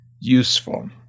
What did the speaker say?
useful